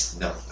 No